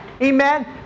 Amen